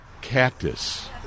cactus